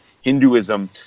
Hinduism